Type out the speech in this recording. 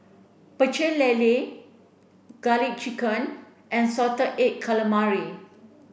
Pecel Lele garlic chicken and salted egg calamari